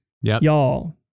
y'all